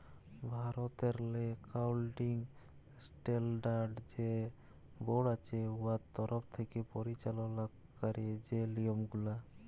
ভারতেরলে accounting standard যে board আছে উয়ার তরফ থ্যাকে পরিচাললা ক্যারে যে লিয়মগুলা